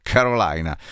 Carolina